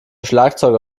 schlagzeuger